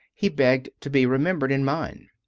he begged to be remembered in mine.